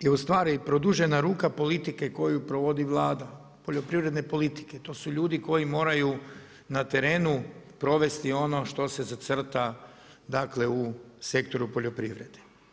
je ustvari produžena ruka politike koju provodi Vlada, poljoprivredne politike, to su ljudi koji moraju na terenu provesti ono što se zacrta u sektoru poljoprivrede.